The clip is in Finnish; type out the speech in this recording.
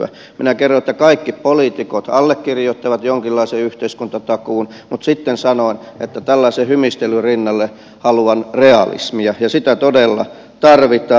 minä kerroin että kaikki poliitikot allekirjoittavat jonkinlaisen yhteiskuntatakuun mutta sitten sanoin että tällaisen hymistelyn rinnalle haluan realismia ja sitä todella tarvitaan